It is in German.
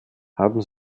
haben